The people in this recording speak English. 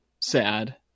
sad